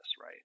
right